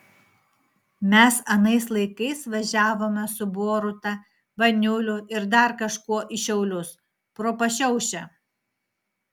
mes anais laikais važiavome su boruta baniuliu ir dar kažkuo į šiaulius pro pašiaušę